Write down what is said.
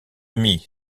ami